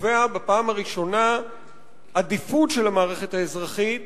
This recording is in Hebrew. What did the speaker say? שקובע בפעם הראשונה עדיפות של המערכת האזרחית